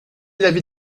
l’avis